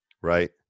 right